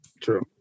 True